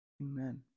Amen